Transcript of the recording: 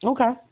Okay